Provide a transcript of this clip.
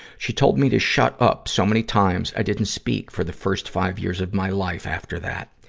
she told me to shut up so many times, i didn't speak for the first five years of my life after that.